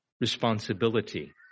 responsibility